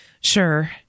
Sure